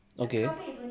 okay